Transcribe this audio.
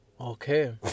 Okay